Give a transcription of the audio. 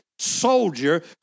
Soldier